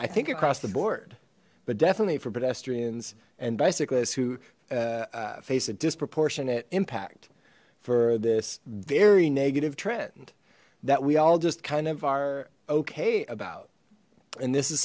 i think across the board but definitely for pedestrians and bicyclists who face a disproportionate impact for this very negative trend that we all just kind of are okay about and this is